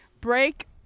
Break